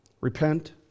Repent